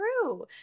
true